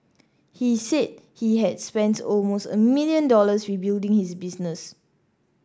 he said he had spent almost a million dollars rebuilding his business